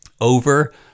over